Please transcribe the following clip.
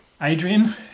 adrian